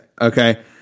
okay